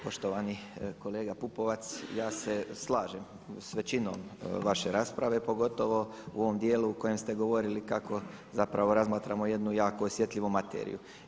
Poštovani kolega Pupovac, ja se slažem s većinom vaše rasprave, pogotovo u ovom djelu u kojem ste govorili kako zapravo razmatramo jednu jako osjetljivu materiju.